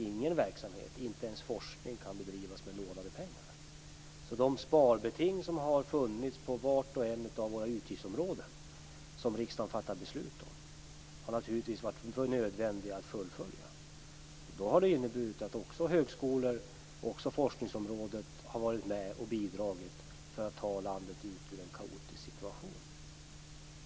Ingen verksamhet, inte ens forskning, kan bedrivas med lånade pengar. De sparbeting som har funnits på vart och ett av våra utgiftsområden, som riksdagen fattar beslut om, har naturligtvis varit nödvändiga att fullfölja. Det har inneburit att också högskolor och forskningsområdet har varit med och bidragit för att ta landet ur en kaotisk situation.